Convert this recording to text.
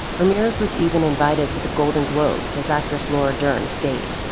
ramirez was even invited to the golden globes as actress laura dern's date.